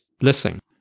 listening